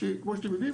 כמו שאתם יודעים,